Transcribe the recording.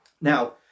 Now